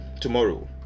tomorrow